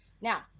Now